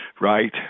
right